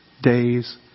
days